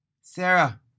Sarah